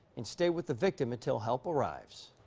and stay with the victim until help arrives.